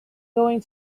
going